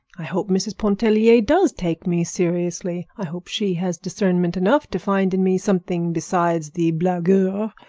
i hope mrs. pontellier does take me seriously. i hope she has discernment enough to find in me something besides the blagueur.